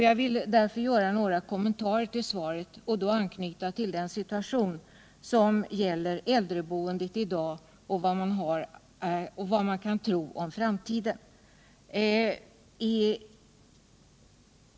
Jag vill därför göra några kommentarer till det och då anknyta till den situation som gäller äldreboendet i dag och vad man kan tro om framtiden.